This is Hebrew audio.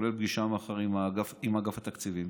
כולל פגישה מחר עם אגף התקציבים,